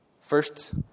First